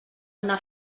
una